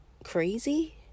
Crazy